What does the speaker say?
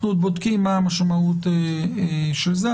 אנחנו בודקים מה המשמעות של זה.